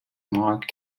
mark